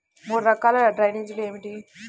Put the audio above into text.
మూడు రకాల డ్రైనేజీలు ఏమిటి?